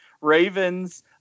Ravens